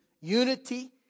Unity